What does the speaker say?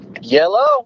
Yellow